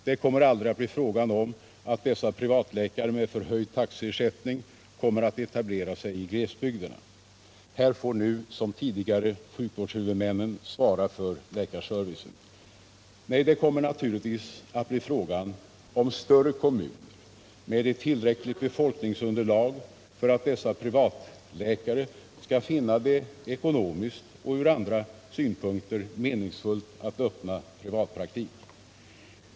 Det kommer aldrig att bli fråga om att dessa privatläkare med förhöjd taxeersättning kommer att etablera sig i glesbygderna. Här får nu som tidigare sjukvårdshuvudmännen svara för läkarservicen. Nej, det kommer naturligtvis att bli fråga om större kommuner med ett tillräckligt befolkningsunderlag för att dessa privatläkare skall finna det ekonomiskt och ur andra synpunkter meningsfullt att öppna privatpraktik.